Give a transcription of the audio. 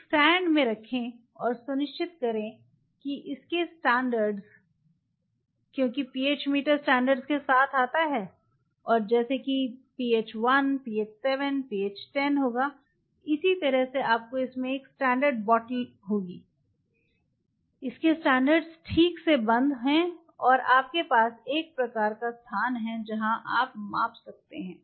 एक स्टैंड में रखें और सुनिश्चित करें कि इसके स्टैंडर्ड्स क्योंकि pH मीटर स्टैंडर्ड्स के साथ आता है जैसे कि pH 1 pH 7 pH 10 होगा इसी तरह आपको इसमें एक स्टैण्डर्ड बोतल होगी ठीक से बंद और आपके पास एक प्रकार का स्थान है जहाँ आप माप सकते हैं